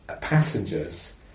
passengers